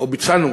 או ביצענו